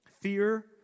fear